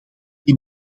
die